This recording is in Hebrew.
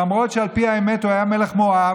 למרות שעל פי האמת הוא היה מלך מואב,